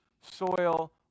soil